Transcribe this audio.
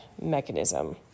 mechanism